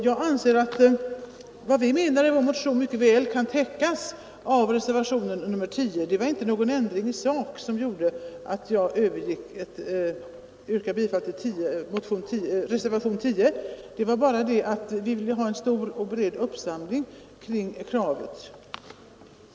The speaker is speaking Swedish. Jag anser att vad vi menar i vår motion mycket väl kan täckas av reservationen 10. Det var ingen ändring i sak som gjorde att jag yrkade bifall till reservationen 10. Vi vill bara ha en så stor och bred samling kring kravet som möjligt.